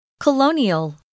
Colonial